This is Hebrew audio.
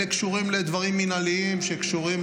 אלה קשורים לדברים מינהליים שקשורים